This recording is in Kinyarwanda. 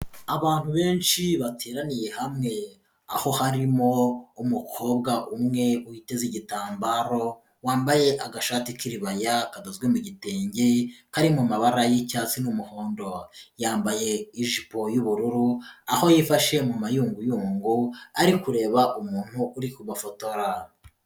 Abantu benshi bateraniye hamwe, aho harimo umukobwa umwe witeze igitambaro wambaye agashati k'iribaya kadozwe mu gitenge, kari mu mabara y'icyatsi n'umuhondo, yambaye ijipo y'ubururu aho yifashe mu mayunguyungu ari kureba umuntu uri ku gafotora.